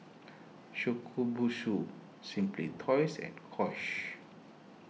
Shokubutsu Simply Toys and Kose